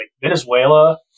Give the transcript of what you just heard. Venezuela